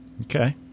okay